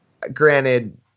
granted